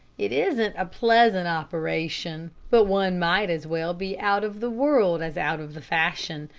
it isn't a pleasant operation but one might as well be out of the world as out of the fashion.